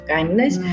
Kindness